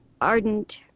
ardent